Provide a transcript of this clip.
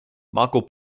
marco